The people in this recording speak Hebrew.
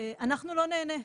אנחנו לא נהנה,